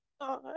god